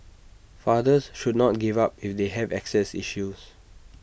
fathers should not give up if they have access issues